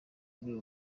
abe